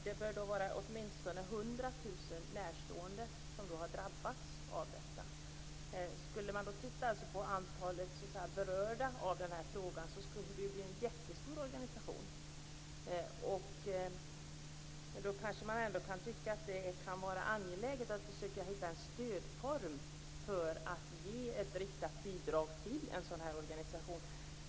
Det bör då vara 100 000 närstående som har drabbats av detta. Det antal människor som berörs av den här frågan är alltså så många att de skulle kunna utgöra en jättestor organisation. Då kan man ju ändå tycka att det är angeläget att försöka hitta en stödform för att ge ett riktat bidrag till en sådan här organisation.